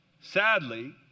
Sadly